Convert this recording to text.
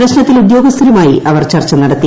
പ്രശ്നത്തിൽ ഉദ്യോഗസ്ഥരുമായി അവർ ചർച്ച നടത്തി